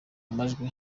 majwi